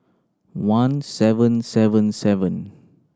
one seven seven seven